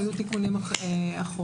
היו תיקונים אחרונים.